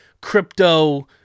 crypto